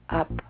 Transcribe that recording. up